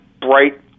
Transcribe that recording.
bright